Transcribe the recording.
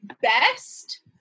best